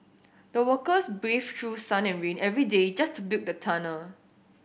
the workers braved through sun and rain every day just to build the tunnel